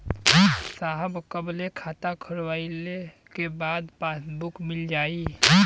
साहब कब ले खाता खोलवाइले के बाद पासबुक मिल जाई?